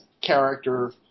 character